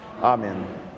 Amen